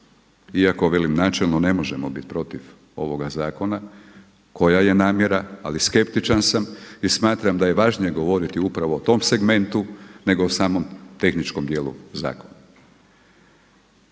Iako velim načelno ne možemo biti protiv ovoga zakona koja je namjera. Ali skeptičan sam i smatram da je važnije govoriti upravo o tom segmentu nego o samom tehničkom dijelu zakona.